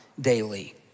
daily